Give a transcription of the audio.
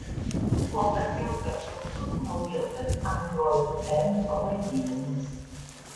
šiandien buvo paskelbtas saldus naujosios android n pavadinimas